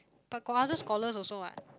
but got other scholars also what